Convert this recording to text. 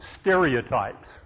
stereotypes